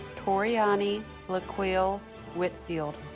toriyoni lequelle whitfield